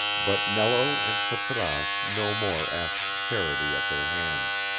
but nello and patrasche no more asked charity at their hands.